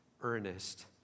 earnest